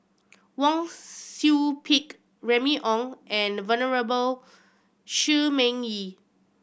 Wang Su Pick Remy Ong and Venerable Shi Ming Yi